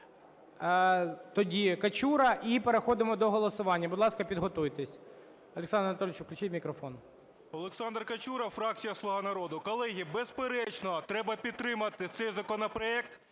Тоді Качура і переходимо до голосування, будь ласка, підготуйтесь. Олександру Анатолійовичу включіть мікрофон. 17:29:57 КАЧУРА О.А. Олександр Качура, фракція "Слуга народу". Колеги, безперечно, треба підтримати цей законопроект,